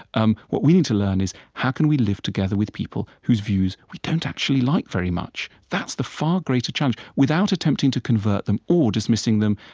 um what we need to learn is, how can we live together with people whose views we don't actually like very much? that's the far greater challenge, without attempting to convert them, or dismissing them,